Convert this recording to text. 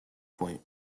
point